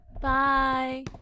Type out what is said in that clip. bye